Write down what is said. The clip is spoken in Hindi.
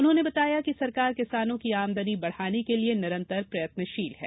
उन्होंने बताया कि सरकार किसानों की आमदानी बढ़ाने के लिए निरन्तर प्रयत्नशील है